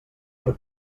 per